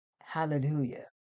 Hallelujah